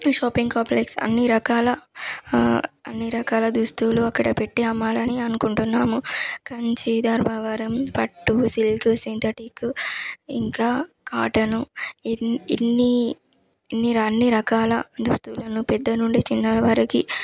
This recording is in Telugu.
షాపింగ్ కాప్లెక్స్ అన్ని రకాల అన్ని రకాల దుస్తులు అక్కడ పెట్టి అమ్మాలని అనుకుంటున్నాము కంచి ధర్మవరం పట్టు సిల్క్ సింథటిక్ ఇంకా కాటను ఇన్ ఇన్ని ఇన్ని అన్ని రకాల దుస్తులను పెద్ద నుండి చిన్నవరకి